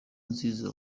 nziza